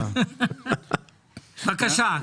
בבקשה.